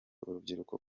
urubyiruko